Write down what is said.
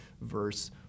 verse